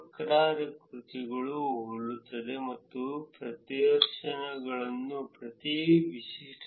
ವಕ್ರಾಕೃತಿಗಳು ಹೋಲುತ್ತದೆ ಮತ್ತು ಪ್ರದರ್ಶನಗಳನ್ನು ಪ್ರತಿ ವೈಶಿಷ್ಟ್ಯಗಳನ್ನು ಬಳಕೆದಾರರ 90 ಪ್ರತಿಶತ ಸರಿಯಾದ 10 ಮೇಯರ್ಶಿಪ್ ಪರಿಗಣಿಸಲ್ಪಡುತ್ತಾರೆ